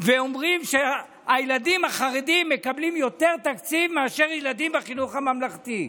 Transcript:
ואומרים שהילדים החרדים מקבלים יותר תקציב מאשר ילדים בחינוך הממלכתי,